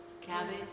Cabbage